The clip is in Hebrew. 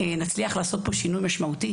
נצליח לעשות פה שינוי משמעותי,